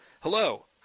hello